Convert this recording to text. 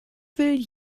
will